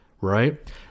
right